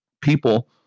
People